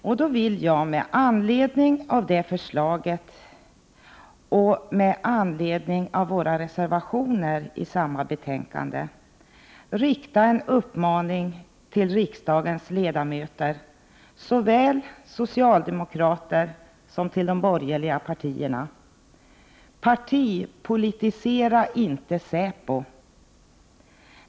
Jag vill med anledning av det förslaget och med anledning av våra reservationer till samma betänkande rikta en uppmaning till riksdagens ledamöter, såväl till socialdemokraterna som till de borgerliga partierna: Partipolitisera inte säpo!